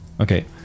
Okay